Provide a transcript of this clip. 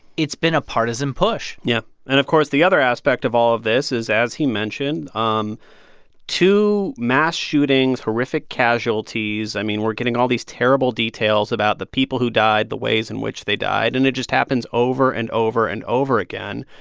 it's been a partisan push? yeah. and, of course, the other aspect of all of this is, as he mentioned, um two mass shootings, horrific casualties i mean, we're getting all these terrible details about the people who died, the ways in which they died. and it just happens over and over and over again.